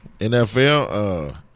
NFL